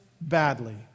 badly